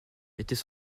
était